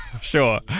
sure